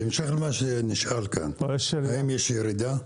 בהמשך למה שנשאל כאן, האם יש ירידה.